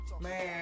Man